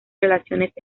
relaciones